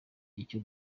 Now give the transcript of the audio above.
icyo